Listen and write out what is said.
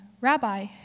Rabbi